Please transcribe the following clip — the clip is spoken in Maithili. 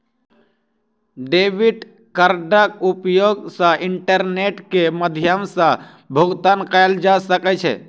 डेबिट कार्डक उपयोग सॅ इंटरनेट के माध्यम सॅ भुगतान कयल जा सकै छै